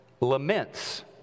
laments